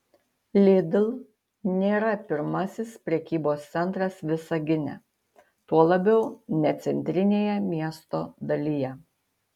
lidl nėra pirmasis prekybos centras visagine tuo labiau ne centrinėje miesto dalyje